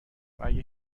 اگه